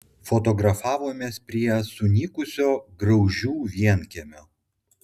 fotografavomės prie sunykusio graužių vienkiemio